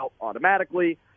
automatically